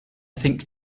think